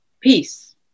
peace